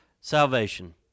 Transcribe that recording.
salvation